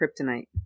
kryptonite